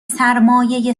سرمایهی